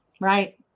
right